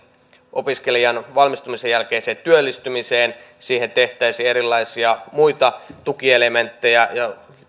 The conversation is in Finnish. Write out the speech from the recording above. opiskelijan valmistumisen jälkeiseen työllistymiseen siihen tehtäisiin erilaisia muita tukielementtejä ja